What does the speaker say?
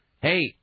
hey